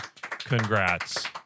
Congrats